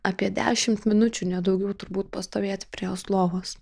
apie dešimt minučių ne daugiau turbūt pastovėti prie jos lovos